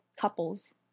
couples